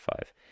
five